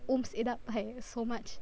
it up by so much